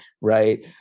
Right